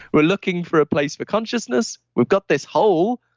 we're looking for a place for consciousness. we've got this hole,